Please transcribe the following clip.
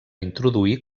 introduir